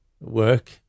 work